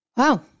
Wow